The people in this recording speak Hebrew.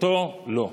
אותו לא.